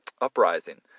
uprising